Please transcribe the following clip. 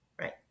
Right